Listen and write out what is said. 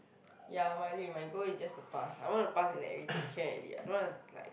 ya my goal is just to pass I want to pass in everything can already I don't want like